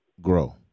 grow